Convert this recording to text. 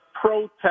protest